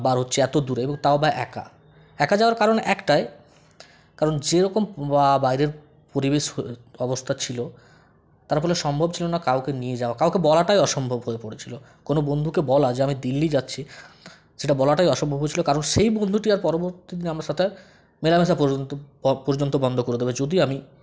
বার হচ্ছি এত দূরে তাও আবার একা একা যাওয়ার কারণ একটাই কারণ যেরকম বাইরের পরিবেশ অবস্থা ছিল তারফলে সম্ভব ছিল না কাউকে নিয়ে যাওয়া কাউকে বলাটাই অসম্ভব হয়ে পড়েছিলো কোনো বন্ধুকে বলা যে আমি দিল্লি যাচ্ছি সেটা বলাটাই অসম্ভব হয়েছিলো কারণ সেই বন্ধুটি আর পরবর্তীদিনে আমার সাথে আর মেলামেশা পর্যন্ত ক পর্যন্ত বন্ধ করে দেবে যদি আমি